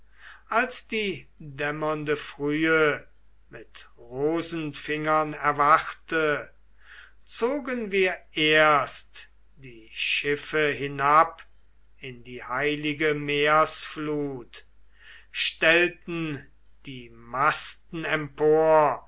als die dämmernde frühe mit rosenfingern erwachte zogen wir erst die schiffe hinab in die heilige meersflut stellten die masten empor